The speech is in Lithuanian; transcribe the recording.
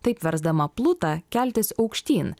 taip versdama plutą keltis aukštyn